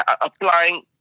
applying